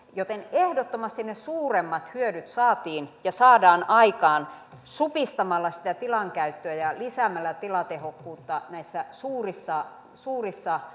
joten ehdottomasti ne suuremmat hyödyt saatiin ja saadaan aikaan supistamalla sitä tilankäyttöä ja lisäämällä tilatehokkuutta näissä suurissa poliisiasemissa